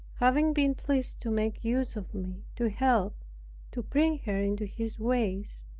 having been pleased to make use of me to help to bring her into his ways,